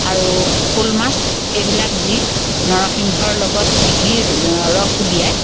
আৰু শ'ল মাছ এইবিলাক দি নৰসিংহৰ লগত পিহি ৰস উলিয়াই